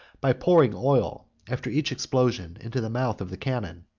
by pouring oil, after each explosion, into the mouth of the cannon.